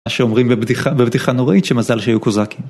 מה שאומרים בבדיחה נוראית שמזל שהיו קוזאקים